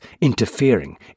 interfering